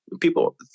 People